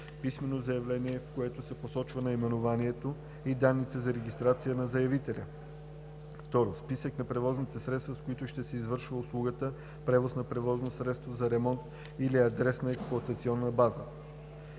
писмено заявление, в което се посочват наименованието и данни за регистрацията на заявителя; 2. списък на превозните средства, с които ще се извършва услугата превоз на превозно средство за ремонт, и адрес на експлоатационната база;